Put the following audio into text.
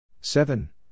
seven